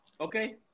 Okay